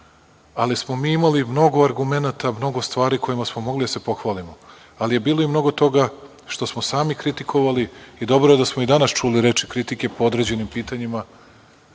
mi smo imali mnogo argumenata, mnogo stvari kojima smo mogli da se pohvalimo, ali je bilo i mnogo toga što smo sami kritikovali i dobro je da smo i danas čuli reči kritike po određenim pitanjima